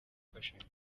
mfashanyo